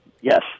Yes